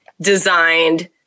designed